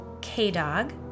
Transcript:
K-Dog